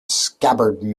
scabbard